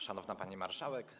Szanowna Pani Marszałek!